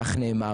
כך נאמר.